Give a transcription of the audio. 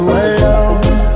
alone